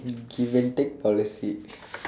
in invented policy